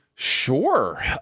sure